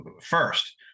first